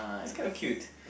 that's kind of cute